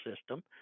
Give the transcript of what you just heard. system